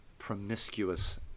Promiscuous